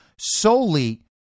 solely